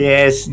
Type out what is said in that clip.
Yes